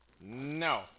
no